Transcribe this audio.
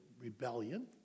rebellion